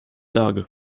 lage